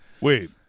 wait